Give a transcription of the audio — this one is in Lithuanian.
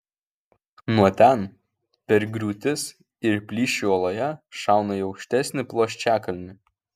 nuo ten per griūtis ir plyšį uoloje šauna į aukštesnį plokščiakalnį